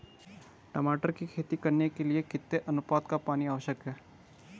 टमाटर की खेती करने के लिए कितने अनुपात का पानी आवश्यक है?